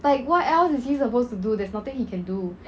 like what else is supposed to do there's nothing he can do